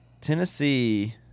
Tennessee